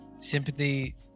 sympathy